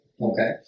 okay